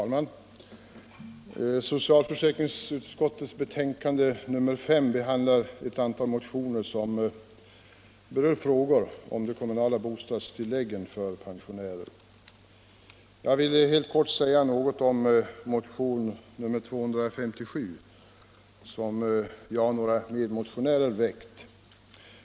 Fru talman! Socialförsäkringsutskottets betänkande nr 5 behandlar ett antal motioner som berör frågor om de kommunala bostadstilläggen för pensionärer. Jag vill helt kort säga något om motionen 257 som jag och några medmotionärer väckt.